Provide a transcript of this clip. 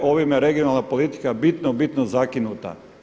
Ovime je regionalna politika bitno, bitno zakinuta.